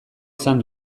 izan